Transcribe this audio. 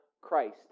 Christ